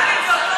דוד, זה אותו זוג.